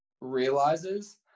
realizes